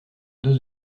dose